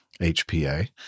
HPA